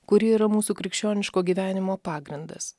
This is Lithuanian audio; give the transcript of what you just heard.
kuri yra mūsų krikščioniško gyvenimo pagrindas